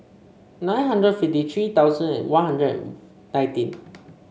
nine hundred fifty tree thousand One Hundred nineteen